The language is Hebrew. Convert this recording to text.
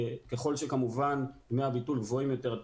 ככל שדמי הביטול גבוהים יותר,